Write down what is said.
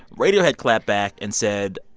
radiohead clapped back and said,